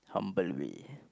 humble way